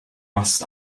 must